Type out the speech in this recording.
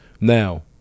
Now